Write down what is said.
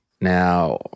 Now